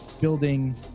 building